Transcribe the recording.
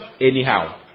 anyhow